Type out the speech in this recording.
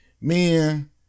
Men